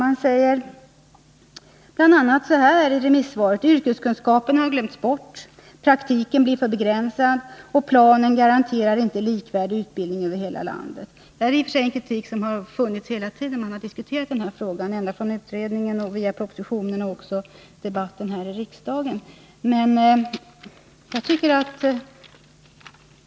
De säger bl.a. så här i remissvaret: Yrkeskunskaperna har glömts bort, praktiken blir för begränsad, och planen garanterar inte likvärdig utbildning över hela landet. Den här kritiska inställningen har f. ö. funnits hela tiden. Man har diskuterat frågan redan när den var på utredningsstadiet, då propositionen lades fram och även när den debatterades här i riksdagen.